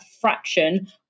fraction